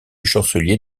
chancelier